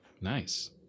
Nice